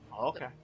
Okay